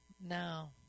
No